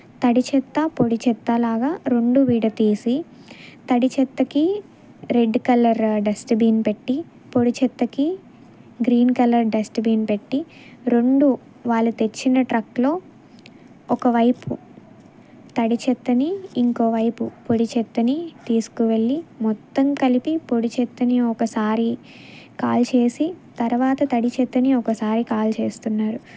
తడి చెత్త పొడి చెత్తలాగా రెండు విడదీసి తడి చెత్తకి రెడ్ కలర్ డస్ట్బిన్ పెట్టి పొడి చెత్తకి గ్రీన్ కలర్ డస్ట్బిన్ పెట్టి రెండు వాళ్ళు తెచ్చిన ట్రక్లో ఒక కవైపు తడి చెత్తని ఇంకొకవైపు పొడి చెత్తని తీసుకువెళ్ళి మొత్తం కలిపి పొడి చెత్తని ఒకసారి కాల్చేసి తరువాత తడి చెత్తని ఒకసారి కాల్చేస్తున్నారు